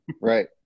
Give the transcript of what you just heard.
Right